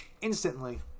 instantly